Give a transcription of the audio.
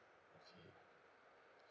okay